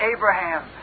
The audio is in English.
Abraham